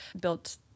built